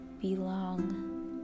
belong